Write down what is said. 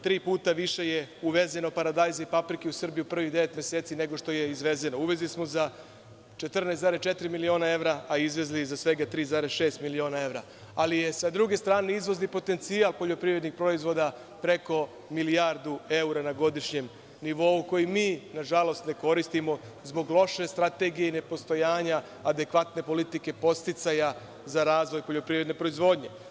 Tri puta više je uvezeno paradajza i paprike u Srbiju u prvih devet meseci, nego što je izvezeno, uvezli smo 14,4 miliona evra, a izvezli za svega 3,6 miliona evra, ali je sa druge strane izvozni potencijal poljoprivrednih proizvoda preko milijardu eura na godišnjem nivou, koji mi, nažalost, ne koristimo zbog loše strategije i ne postojanja adekvatne politike podsticaja za razvoj poljoprivredne proizvodnje.